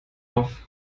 auf